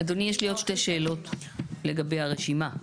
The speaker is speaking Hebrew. אדוני, יש לי עוד שתי שאלות לגבי הרשימה.